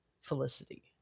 Felicity